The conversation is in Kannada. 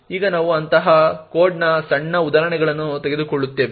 ಈಗ ನಾವು ಅಂತಹ ಕೋಡ್ನ ಸಣ್ಣ ಉದಾಹರಣೆಯನ್ನು ತೆಗೆದುಕೊಳ್ಳುತ್ತೇವೆ